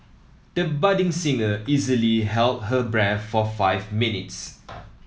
the budding singer easily held her breath for five minutes